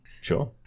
Sure